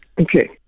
Okay